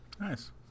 Nice